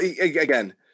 again